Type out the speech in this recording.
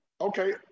okay